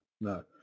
no